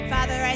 Father